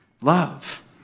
Love